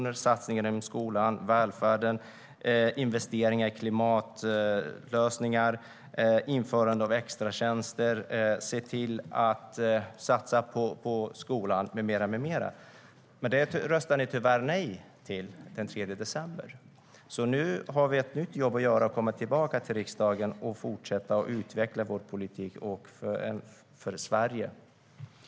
Det handlade om satsningar inom skolan och välfärden, om investeringar i klimatlösningar och införande av extratjänster.